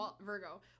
Virgo